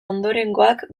ondorengoak